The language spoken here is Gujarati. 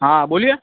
હા બોલીયે